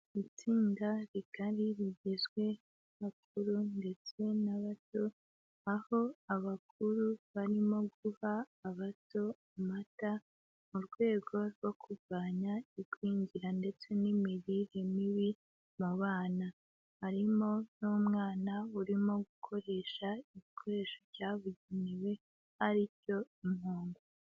Itsinda rigari rigizwe n'abakuru ndetse n'abato, aho abakuru barimo guha abato amata mu rwego rwo kurwanya igwingira ndetse n'imirire mibi mu bana, harimo n'umwana urimo gukoresha igikoresho cyabugenewe ari cyo impongo.